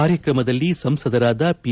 ಕಾರ್ಯಕ್ರಮದಲ್ಲಿ ಸಂಸದರಾದ ಪಿ